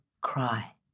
cry